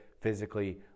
physically